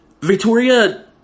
Victoria